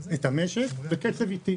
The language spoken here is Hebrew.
המשק בקצב איטי,